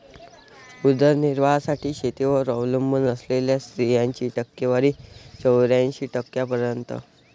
उदरनिर्वाहासाठी शेतीवर अवलंबून असलेल्या स्त्रियांची टक्केवारी चौऱ्याऐंशी टक्क्यांपर्यंत